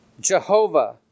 Jehovah